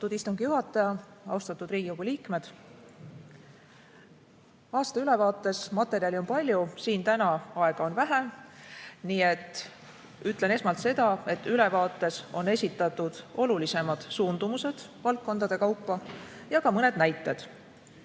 Austatud istungi juhataja! Austatud Riigikogu liikmed! Aastaülevaates on materjali palju, siin täna aega vähe, nii et ütlen esmalt seda: ülevaates on esitatud olulisemad suundumused valdkondade kaupa ja ka mõned näited.